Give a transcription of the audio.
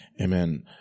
Amen